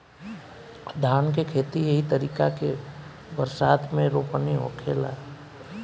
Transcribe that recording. धान के खेती एही तरीका के बरसात मे रोपनी होखेला